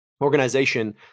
organization